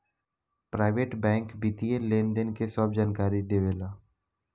private bank वित्तीय लेनदेन के सभ जानकारी देवे ला